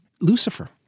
Lucifer